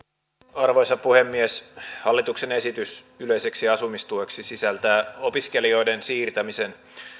arvoisa puhemies hallituksen esitys yleiseksi asumistueksi sisältää opiskelijoiden siirtämisen